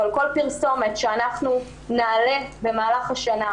כל פרסומת שאנחנו נעלה במהלך העונה,